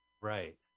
Right